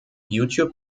youtube